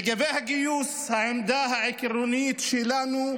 לגבי הגיוס, העמדה העקרונית שלנו: